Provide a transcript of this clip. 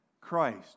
Christ